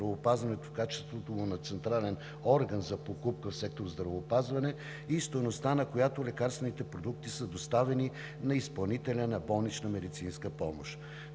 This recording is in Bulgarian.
в качеството му на централен орган за покупка в сектор „Здравеопазване“, и стойността, на която лекарствените продукти са доставени на изпълнителя на болнична медицинска помощ.